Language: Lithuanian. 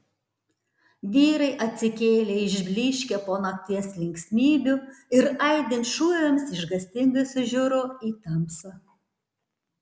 vyrai atsikėlė išblyškę po nakties linksmybių ir aidint šūviams išgąstingai sužiuro į tamsą